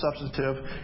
substantive